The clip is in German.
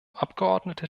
abgeordnete